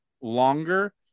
longer